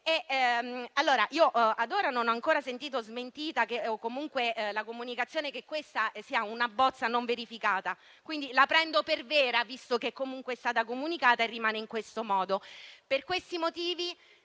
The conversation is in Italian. Ad ora, io non ho ancora sentito smentita o comunque comunicazione che questa sia una bozza non verificata; quindi, la prendo per vera, visto che è stata comunicata e rimane in questo modo. Per questi motivi,